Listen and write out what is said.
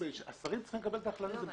השרים צריכים לקבל את ההחלטה.